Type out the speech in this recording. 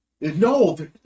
No